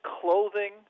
clothing